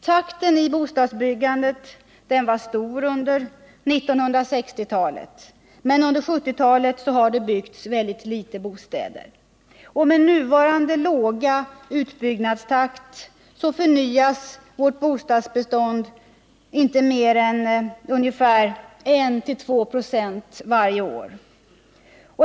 Takten i bostadsbyggandet var stor under 1960-talet, men under 1970-talet har det byggts väldigt få bostäder. Med nuvarande låga utbyggnadstakt förnyas inte mer än 1-2 26 av vårt bostadsbestånd varje år.